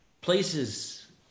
places